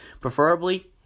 preferably